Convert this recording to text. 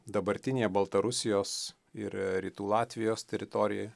dabartinėje baltarusijos ir rytų latvijos teritorijoj